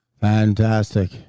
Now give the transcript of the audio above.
Fantastic